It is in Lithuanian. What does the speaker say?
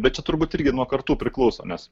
bet čia turbūt irgi nuo kartų priklauso nes